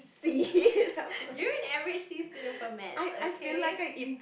you're an average D student for maths okay